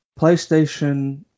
PlayStation